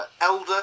Elder